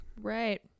Right